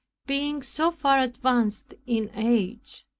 being so far advanced in age?